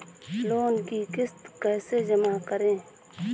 Loan की किश्त कैसे जमा करें?